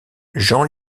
jean